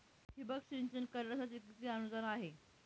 ठिबक सिंचन करण्यासाठी किती अनुदान आहे?